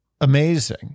amazing